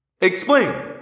Explain